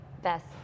Best